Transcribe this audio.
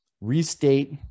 restate